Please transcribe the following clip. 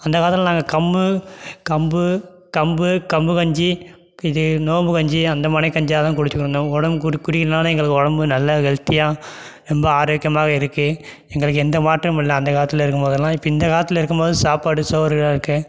அந்தக் காலத்தில் நாங்கள் கம்பு கம்பு கம்பு கம்பு கஞ்சி இது நோம்பு கஞ்சி அந்த மாதிரி கஞ்சியாக தான் குடித்துக்கிட்டு இருந்தோம் உடம்புக்கு இது குடிக்கிறதுனால் எங்களுக்கு உடம்பு நல்லா ஹெல்த்தியாக ரொம்ப ஆரோக்கியமாக இருக்குது எங்களுக்கு எந்த மாற்றமும் இல்லை அந்தக் காலத்தில் இருக்கும் போதுலாம் இப்போ இந்தக் காலத்தில் இருக்கும் போது சாப்பாடு சோறுலாம் இருக்குது